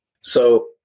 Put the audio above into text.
So-